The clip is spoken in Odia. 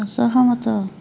ଅସହମତ